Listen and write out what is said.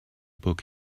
book